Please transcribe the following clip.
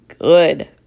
good